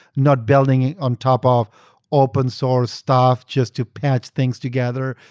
not building it on top of open source stuff, just to patch things together,